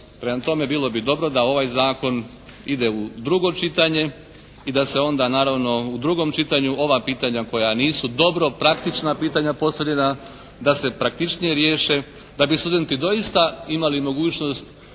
Prema tome, bilo bi dobro da ovaj zakon ide u drugo čitanje i da se onda naravno u drugom čitanju ova pitanja koja nisu dobro praktična pitanja postavljena, da se praktičnije riješe da bi studenti doista imali mogućnost